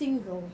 single